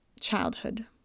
childhood